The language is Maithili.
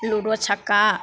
लूडो छक्का